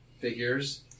figures